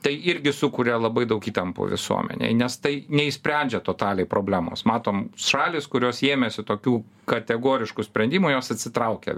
tai irgi sukuria labai daug įtampų visuomenėj nes tai neišsprendžia totaliai problemos matom šalys kurios ėmėsi tokių kategoriškų sprendimų jos atsitraukia